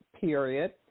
period